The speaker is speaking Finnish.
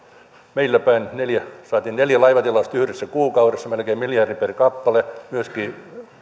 meillä päin saatiin neljä laivatilausta yhdessä kuukaudessa melkein miljardi per kappale myöskin